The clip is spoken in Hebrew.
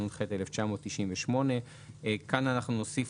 התשנ"ח 1998 --- כאן אנחנו נוסיף: